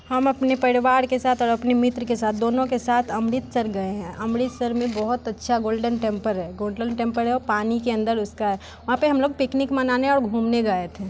हम अपने परिवार के साथ और अपनी मित्र के साथ दोनों के साथ अमृतसर गए हैं अमृतसर में बहुत अच्छा गोल्डन टेम्पर है गोल्डन टेम्पर है पानी के अंदर उसका वहाँ पे हम लोग पिकनिक मनाने और घूमने गए थे